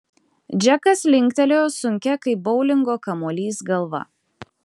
džekas linktelėjo sunkia kaip boulingo kamuolys galva